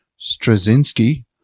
Straczynski